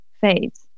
fades